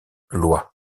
loi